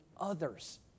others